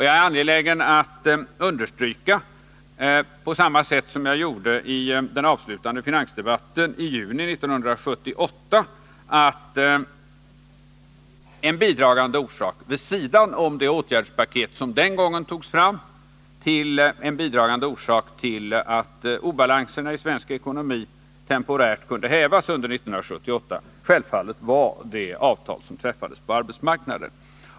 Jag är angelägen om att understryka — på samma sätt som jag gjorde i den avslutande finansdebatten i juni 1978 — att en bidragande orsak, vid sidan av det åtgärdspaket som den gången togs fram, till att obalansen i svensk ekonomi temporärt kunde hävas under 1978 självfallet var det avtal som hade träffats på arbetsmarknaden.